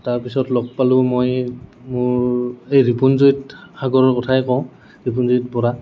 তাৰপিছত লগ পালোঁ মই মোৰ এই ৰিপুঞ্জয়ত সাগৰৰ কথাই কওঁ ৰিপুঞ্জয়ত পঢ়া